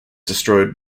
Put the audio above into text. destroyed